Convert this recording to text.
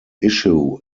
issue